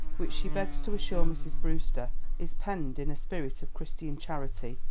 which she begs to assure mrs. brewster is penned in a spirit of christian charity,